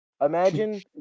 imagine